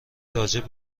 راجع